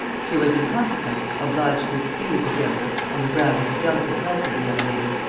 she was in consequence obliged to excuse the failure on the ground of the delicate health of the young lady,